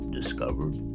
discovered